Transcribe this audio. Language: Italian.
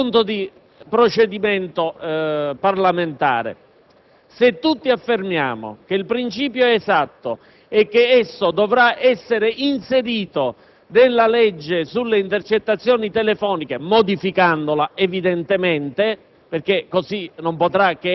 in punto di fatto. In punto di procedimento parlamentare, se tutti affermiamo che il principio è giusto e che esso dovrà essere inserito nella legge sulle intercettazioni telefoniche - modificandola, perché non